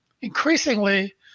increasingly